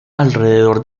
alrededor